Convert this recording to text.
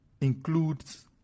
includes